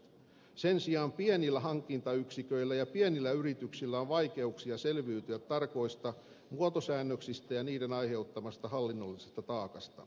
sen sijaan pienillä hankintayksiköillä ja pienillä yrityksillä on vaikeuksia selviytyä tarkoista muotosäännöksistä ja niiden aiheuttamasta hallinnollisesta taakasta